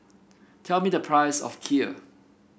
tell me the price of Kheer